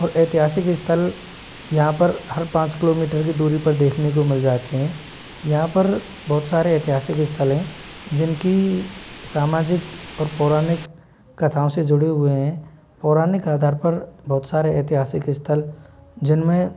और ऐतिहासिक स्थल यहाँ पर हर पाँच किलोमीटर की दूरी पर देखने को मिल जाते हैं यहाँ पर बहुत सारे ऐतिहासिक स्थल हैं जिनकी सामाजिक और पौराणिक कथाओं से जुड़े हुए हैं पौराणिक आधार पर बहुत सारे ऐतिहासिक स्थल जिनमें